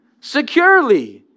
securely